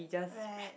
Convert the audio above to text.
right